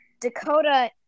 Dakota